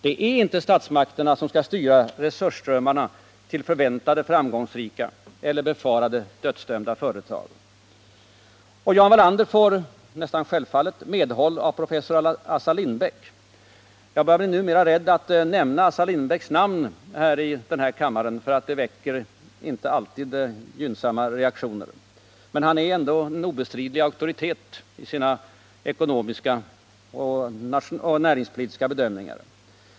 Det är inte statsmakterna som skall styra resursströmmarna till förväntade framgångsrika eller befarade dödsdömda företag. Och Jan Wallander får —så gott som självfallet — medhåll av professor Assar Lindbeck. Jag är nästan rädd att nämna Assar Lindbecks namn här i kammaren, för det ger inte alltid upphov till gynnsamma reaktioner. Men han är ändå en obestridlig auktoritet i sina ekonomiska och näringspolitiska bedömningar.